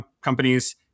companies